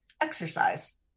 exercise